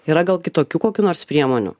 yra gal kitokių kokių nors priemonių